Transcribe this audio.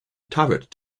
turret